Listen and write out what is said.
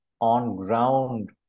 on-ground